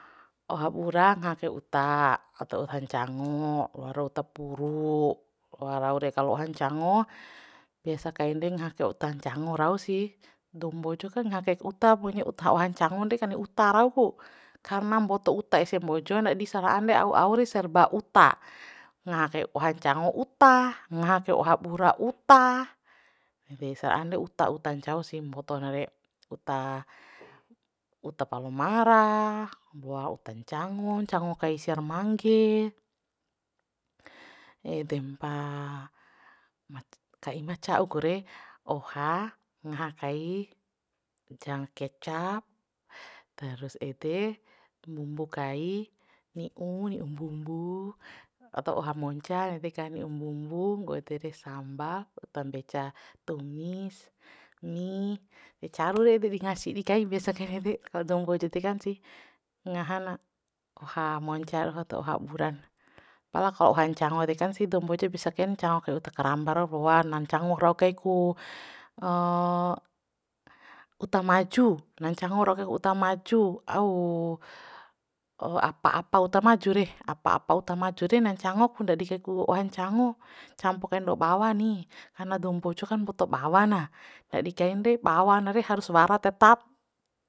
Oha bura ngaha kai uta ato oha ncango wara uta puru wara loa rau re kalo oha ncango biasa kain re ngaha kai uta ncango rau sih dou mbojo kan kaha kaik uta ohan ncangon re kani uta rau ku karna mboto uta ese mbojo nadi sara'a re au au re serba uta ngaha kai oha ncango uta ngaha kai oha bura uta ede sara'a re uta uta ncau sih mboto na re uta uta palomara mboa uta ncango ncango kai siar mangge edempa ma ka ima ca'uk kure oha ngaha kai janga kecap terus ede mumbu kai ni'u ni'u mbumbu ato oha monca ede kani mbumbu nggo ede re sambal uta mbeca tumis ni ecaru re ede ngaha sidi kai biasa kain ede kalo dou mbojo dekan sih ngaha na oha monca ra ato oha bura pala kalo oha ncango dekan sih dou mbojo bisa kain ncango kai uta karamba rau roa na ncango rau kai ku uta maju na ncango rau kai ku uta maju au apa apa uta maju re apa apa uta maju rena ncango ku ndadi kai ku oha ncango campo kain lo bawa ni karna dou mbojo kan mboto bawa na ndadi kain re bawa na re harus wara tetap